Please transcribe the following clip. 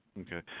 Okay